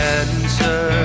answer